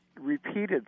repeated